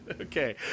Okay